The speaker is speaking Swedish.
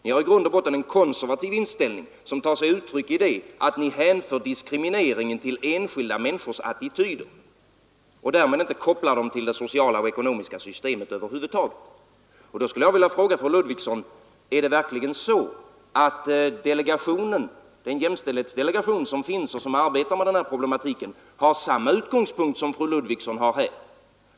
Ni har i grund och botten en konservativ inställning, som bl.a. tar sig uttryck i att ni hänför diskrimineringen till enskilda människors attityder och inte kopplar den till det sociala och ekonomiska systemet över huvud taget. Jag skulle vilja fråga fru Ludvigsson: Är det verkligen så att jämställdhetsdelegationen — som arbetar med denna problematik — har samma utgångspunkt som fru Ludvigsson här hade?